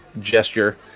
gesture